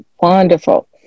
Wonderful